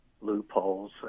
loopholes